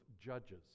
Judges